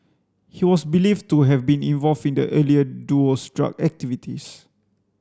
he was believed to have been involved in the earlier duo's drug activities